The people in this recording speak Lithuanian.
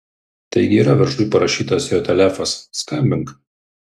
taigi yra viršuj parašytas jo telefas skambink